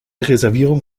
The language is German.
reservierung